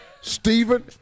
Stephen